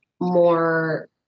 more